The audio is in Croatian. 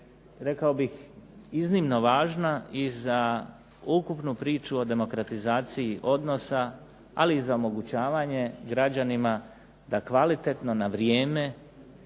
rekao bih iznimno važna i za ukupnu priču o demokratizaciji odnosa, ali i za omogućavanje građanima da kvalitetno, na vrijeme